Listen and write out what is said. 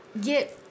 get